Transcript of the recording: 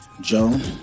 Joan